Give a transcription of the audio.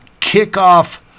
kickoff